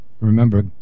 Remember